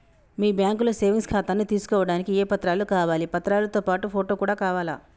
మీ బ్యాంకులో సేవింగ్ ఖాతాను తీసుకోవడానికి ఏ ఏ పత్రాలు కావాలి పత్రాలతో పాటు ఫోటో కూడా కావాలా?